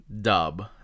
dub